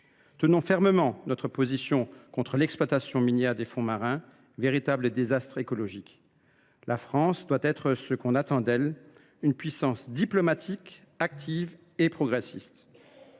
Tenons fermement notre position contre l’exploitation minière des fonds marins, véritable désastre écologique. La France doit être ce qu’on attend d’elle, une puissance diplomatique active et progressiste.